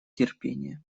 терпение